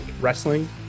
wrestling